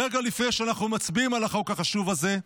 רגע לפני שאנחנו מצביעים על החוק החשוב הזה,